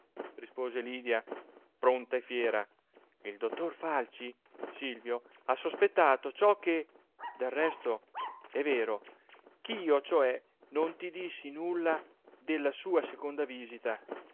rispose lydia pronta e fiera il dottor falci silvio ha sospettato ciò che del resto è vero ch'io cioè non ti dissi nulla della sua seconda visita